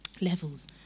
levels